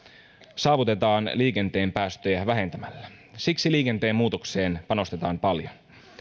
saavutetaan liikenteen päästöjä vähentämällä siksi liikenteen muutokseen panostetaan paljon